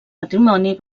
matrimoni